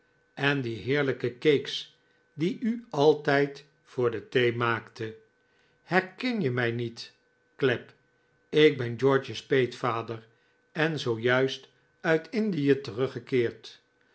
en die heerlijke cakes die u altijd voor de thee maakte herken je mij niet clapp ik ben george's peetvader en zoo juist uit indie teruggekeerd